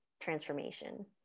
transformation